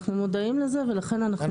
אנחנו מודעים לזה ולכן אנחנו עושים